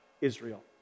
Israel